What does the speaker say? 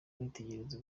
nitegereza